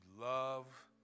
love